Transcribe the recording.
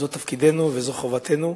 זה תפקידנו וזו חובתנו.